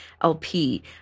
LP